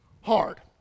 hard